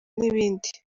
n’ibindi